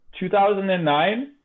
2009